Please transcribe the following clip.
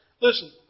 Listen